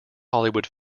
hollywood